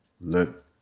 Look